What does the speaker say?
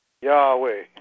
Yahweh